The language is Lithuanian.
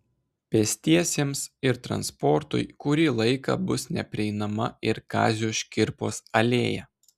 pėstiesiems ir transportui kurį laiką bus neprieinama ir kazio škirpos alėja